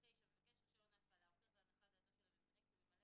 יבוא: "(9)מבקש רישיון ההפעלה הוכיח להנחת דעתו של הממונה כי הוא ממלא